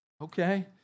Okay